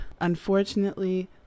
unfortunately